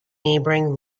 neighbouring